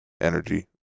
energy